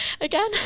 again